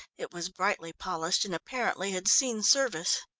it was brightly polished and apparently had seen service.